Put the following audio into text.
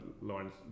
lawrence